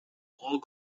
paul